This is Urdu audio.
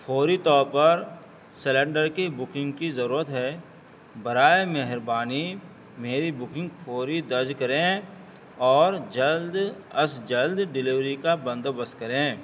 فوری طور پر سلینڈر کی بکنگ کی ضرورت ہے برائے مہربانی میری بکنگ فوری درج کریں اور جلد از جلد ڈلیوری کا بندوبست کریں